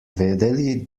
vedeli